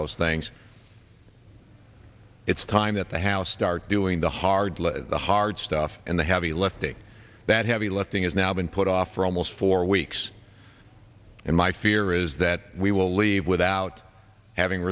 those things it's time that the house start doing the hard the hard stuff and the heavy lifting that heavy lifting is now been put off for almost four weeks and my fear is that we will leave without having